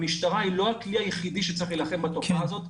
המשטרה היא לא הכלי היחיד שצריך להילחם בתופעה הזאת.